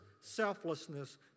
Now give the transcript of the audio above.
selflessness